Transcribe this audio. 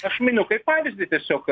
aš miniu kaip pavyzdį tiesiog